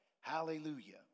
Hallelujah